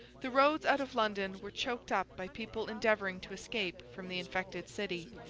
the roads out of london were choked up by people endeavouring to escape from the infected city,